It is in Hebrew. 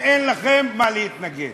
ואין לכם מה להתנגד.